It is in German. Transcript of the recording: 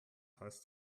heißt